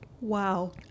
Wow